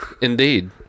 Indeed